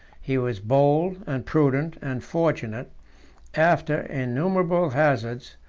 he was bold, and prudent, and fortunate after innumerable hazards,